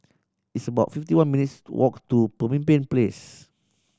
it's about fifty one minutes' walk to Pemimpin Place